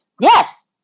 Yes